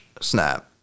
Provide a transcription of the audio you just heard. snap